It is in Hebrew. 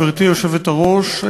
גברתי היושבת-ראש,